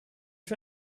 für